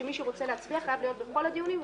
שמי שרוצה להצביע חייב להיות בכל הדיונים,